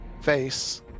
face